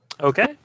Okay